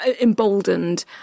emboldened